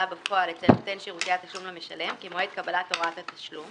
בפועל אצל נותן שירותי התשלום למשלם כמועד קבלת הוראת התשלום